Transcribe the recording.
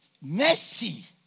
mercy